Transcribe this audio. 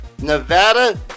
Nevada